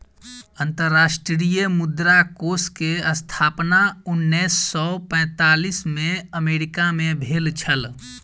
अंतर्राष्ट्रीय मुद्रा कोष के स्थापना उन्नैस सौ पैंतालीस में अमेरिका मे भेल छल